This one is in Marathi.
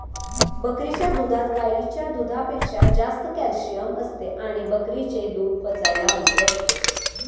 बकरीच्या दुधात गाईच्या दुधापेक्षा जास्त कॅल्शिअम असते आणि बकरीचे दूध पचायला हलके असते